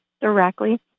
directly